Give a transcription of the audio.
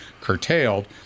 curtailed